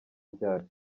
ryari